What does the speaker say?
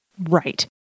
Right